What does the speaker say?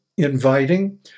inviting